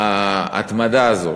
ההתמדה הזאת,